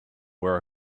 were